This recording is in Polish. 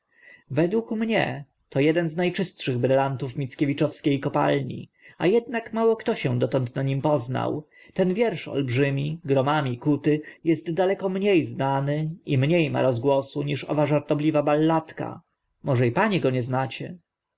według mnie to eden z na czystszych brylantów mickiewiczowskie kopalni a ednak mało kto się dotąd na nim poznał ten wiersz olbrzymi gromami kuty est daleko mnie znany i mnie ma rozgłosu niż owa żartobliwa balladka może i panie go nie znacie